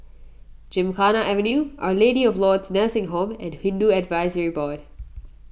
Gymkhana Avenue Our Lady of Lourdes Nursing Home and Hindu Advisory Board